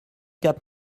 cap